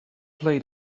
play